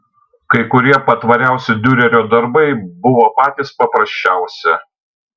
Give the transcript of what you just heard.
kai kurie patvariausi diurerio darbai buvo patys paprasčiausi